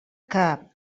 que